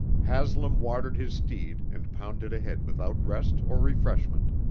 haslam watered his steed and pounded ahead without rest or refreshment.